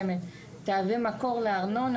מסוימת תהווה מקור לארנונה,